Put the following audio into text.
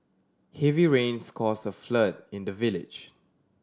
heavy rains caused a flood in the village